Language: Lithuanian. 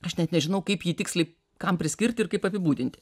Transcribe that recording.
aš net nežinau kaip jį tiksliai kam priskirti ir kaip apibūdinti